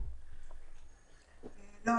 לא,